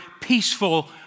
peaceful